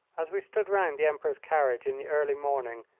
as we stood round the emperor's carriage in the early morning,